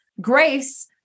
grace